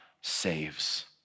saves